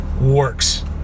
works